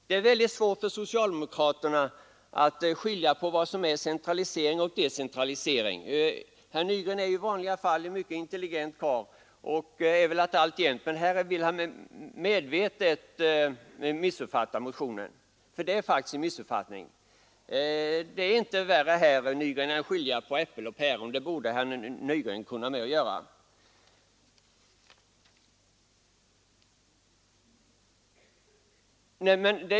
Det är mycket svårt för socialdemokraterna att skilja på vad som är centralisering och decentralisering. Herr Nygren är i vanliga fall en mycket intelligent karl och är det väl alltjämt, men här vill han medvetet missuppfatta motionen — för det är faktiskt en missuppfattning. Det är inte värre här än att skilja på äpplen och päron, och det borde herr Nygren kunna göra.